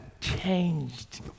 changed